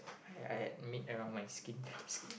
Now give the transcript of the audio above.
I had I had meat around my skin skin